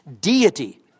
deity